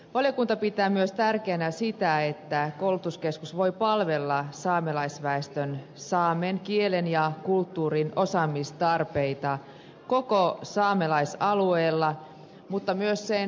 valiokunta pitää tärkeänä myös sitä että koulutuskeskus voi palvella saamelaisväestön saamen kielen ja kulttuurin osaamistarpeita koko saamelaisalueella mutta myös sen ulkopuolella